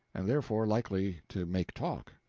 and therefore likely to make talk.